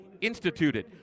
instituted